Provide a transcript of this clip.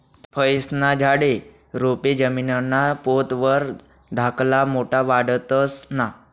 फयेस्ना झाडे, रोपे जमीनना पोत वर धाकला मोठा वाढतंस ना?